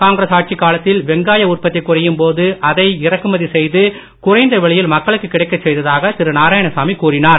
காங்கிரஸ் ஆட்சிக் காலத்தில் வெங்காய உற்பத்தி குறையும் போது அதை இறக்குமதி செய்து குறைந்த விலையில் மக்களுக்கு கிடைக்கச் செய்ததாக திரு நாராயணசாமி கூறினார்